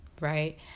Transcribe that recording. right